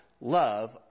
love